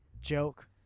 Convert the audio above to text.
joke